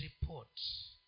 reports